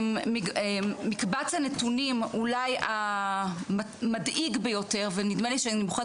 מקבץ הנתונים אולי המדאיג ביותר ונדמה לי שהמילה